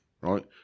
Right